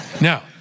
Now